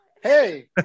Hey